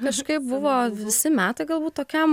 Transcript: kažkaip buvo visi metai galbūt tokiam